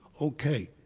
ok,